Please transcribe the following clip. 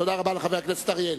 תודה רבה לחבר הכנסת אריאל.